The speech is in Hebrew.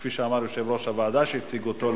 וכפי שאמר יושב-ראש הוועדה שהציג אותה,